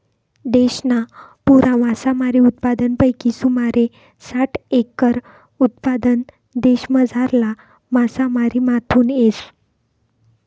देशना पुरा मासामारी उत्पादनपैकी सुमारे साठ एकर उत्पादन देशमझारला मासामारीमाथून येस